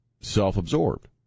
self-absorbed